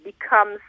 becomes